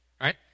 right